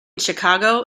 chicago